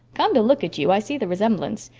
come to look at you, i see the resemblance.